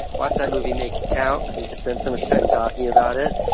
watch that movie, make it count, because we just spent so much time talking about it.